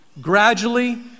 gradually